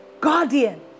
guardian